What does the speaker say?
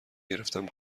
گرفتم